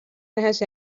nähes